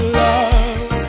love